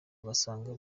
ugasanga